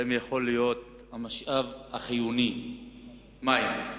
המשאב החיוני הוא מים.